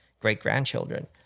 great-grandchildren